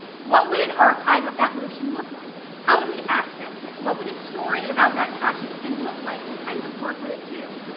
what would an archive of that motion look like? how would we access it? what would a story about that patch of skin look like? what kinds of work would it do?